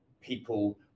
people